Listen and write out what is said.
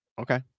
Okay